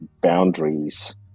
boundaries